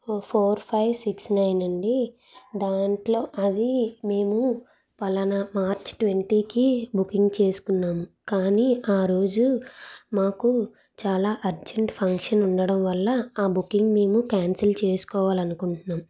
ఓ four five six nine అండి దాంట్లో అది మేము ఫలానా మార్చి ట్వంటీకి బుకింగ్ చేసుకున్నాం కానీ ఆ రోజు మాకు చాలా అర్జెంట్ ఫంక్షన్ ఉండడం వల్ల ఆ బుకింగ్ మేము క్యాన్సిల్ చేసుకోవాలనుకుంటున్నాం